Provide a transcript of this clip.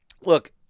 Look